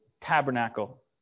tabernacle